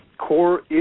Core